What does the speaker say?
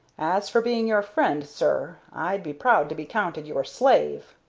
as for being your friend, sir, i'd be proud to be counted your slave.